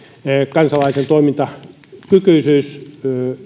kansalaisen toimintakykyisyys